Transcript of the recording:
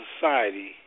society